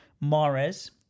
Mares